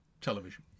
television